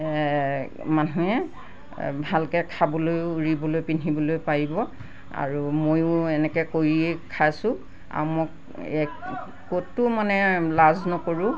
মানুহে ভালকৈ খাবলৈ উৰিবলৈ পিন্ধিবলৈ পাৰিব আৰু মইও এনেকৈ কৰিয়ে খাইছোঁ আৰু মোক এক ক'তো মানে লাজ নকৰোঁ